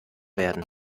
werden